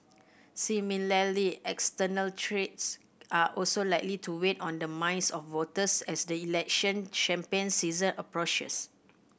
similarly external threats are also likely to weight on the minds of voters as the election champagne season approaches